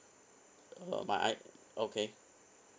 uh my I okay